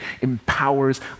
empowers